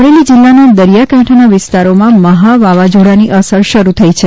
અમરેલી જિલ્લાના દરિયાકાંઠાના વિસ્તારોમાં મહા વાવાઝોડાની અસર શરૂ થઈ રહી છે